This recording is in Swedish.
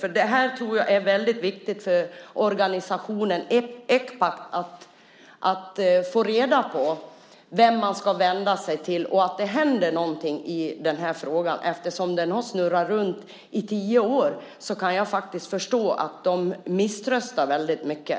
Jag tror att det är väldigt viktigt för organisationen Ecpat att få reda på vem man ska vända sig till och att det händer någonting i den här frågan. Eftersom den har snurrat runt i tio år kan jag förstå att de misströstar väldigt mycket.